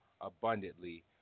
abundantly